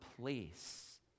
place